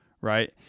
right